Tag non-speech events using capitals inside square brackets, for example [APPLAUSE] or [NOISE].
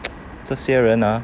[NOISE] 这些人 ah